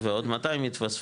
ועוד 200 יתווספו.